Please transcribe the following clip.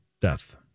death